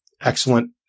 excellent